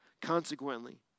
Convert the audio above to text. Consequently